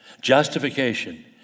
justification